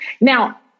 Now